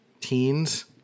teens